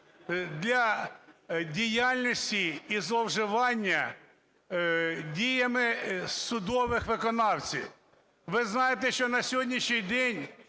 для діяльності і зловживання діями судових виконавців. Ви знаєте, що на сьогоднішній день